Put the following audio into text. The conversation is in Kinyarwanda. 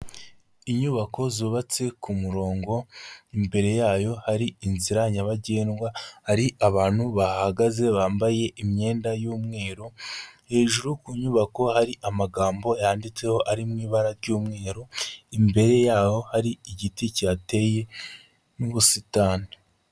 Inyubako zubatse ku murongo, imbere yayo hari inzira nyabagendwa, hari abantu bahahagaze bambaye imyenda y'umweru, hejuru ku nyubako hari amagambo yanditseho ari mu ibara ry'umweru, imbere yaho hari igiti kihateye n'ubusitani.